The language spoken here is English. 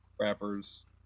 wrappers